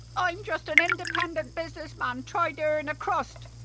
oi'm just an independent businessman trying to earn a crust!